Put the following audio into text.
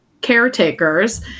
caretakers